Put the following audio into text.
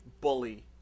bully